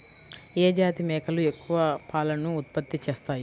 ఏ జాతి మేకలు ఎక్కువ పాలను ఉత్పత్తి చేస్తాయి?